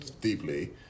deeply